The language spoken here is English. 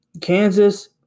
Kansas